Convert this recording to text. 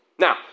Now